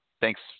thanks